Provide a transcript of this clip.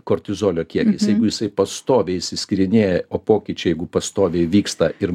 kortizolio kiekis jeigu jisai pastoviai išsiskyrinėja o pokyčiai jeigu pastoviai vyksta ir